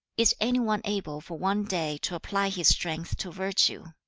is any one able for one day to apply his strength to virtue?